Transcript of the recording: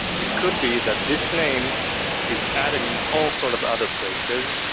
it could be that this name is added in all sort of other places,